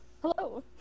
Hello